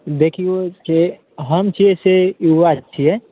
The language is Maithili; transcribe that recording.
देखिऔ जे हम छिए से युवा छिए